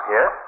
Yes